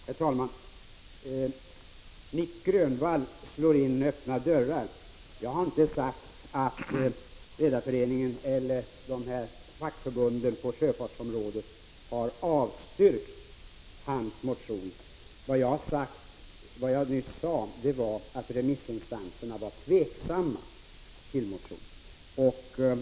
Herr talman! Nic Grönvall slår in öppna dörrar. Jag har nämligen inte sagt att vare sig Redareföreningen eller fackförbunden på sjöfartsområdet har avstyrkt Nic Grönvalls motion. Vad jag nyss sade var att remissinstanserna var tveksamma när det gäller denna motion.